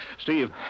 Steve